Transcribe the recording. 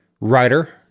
writer